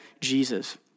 Jesus